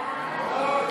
סעיפים 1